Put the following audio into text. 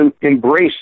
embrace